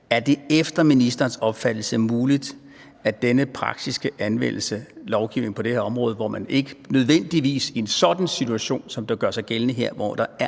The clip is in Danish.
Er det efter ministerens opfattelse muligt, at denne praksisanvendelse af lovgivning på det her område, hvor man ikke nødvendigvis i en sådan situation, som gør sig gældende her,